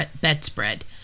bedspread